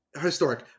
historic